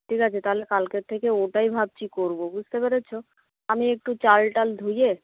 ঠিক আছে তাহলে কালকের থেকে ওটাই ভাবছি করব বুঝতে পেরেছ আমি একটু চাল টাল ধুয়ে